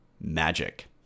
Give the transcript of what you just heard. Magic